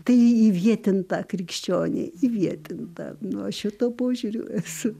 tai įvietinta krikščionė įvietinta nu aš šituo požiūriu esu